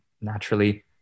naturally